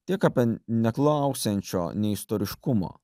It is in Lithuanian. tiek apie neklausiančio nei istoriškumo